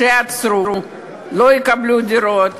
שיעצרו, לא יקבלו דירות.